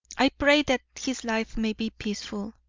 i pray that his life may be peaceful.